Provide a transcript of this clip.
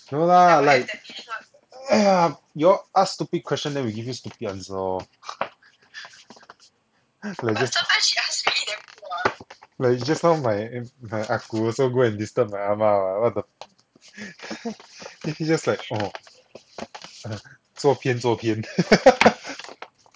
no lah like !aiya! you all ask stupid question then we give you stupid answer lor like jus~ like just now my my ah gu also go and disturb my ah ma what the fuck just like orh err 做偏做偏